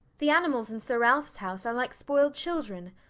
the animals in sir ralph's house are like spoiled children.